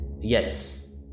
Yes